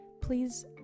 please